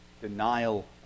denial